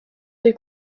des